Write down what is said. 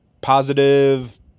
positive